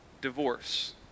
Divorce